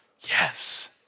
Yes